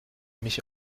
mich